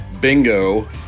bingo